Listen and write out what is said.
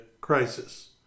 crisis